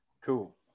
Cool